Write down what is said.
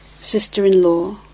sister-in-law